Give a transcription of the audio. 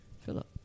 Philip